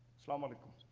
salaam alaikum.